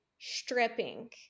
stripping